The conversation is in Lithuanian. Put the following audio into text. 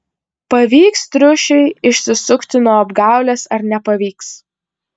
pavyks triušiui išsisukti nuo apgaulės ar nepavyks